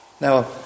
now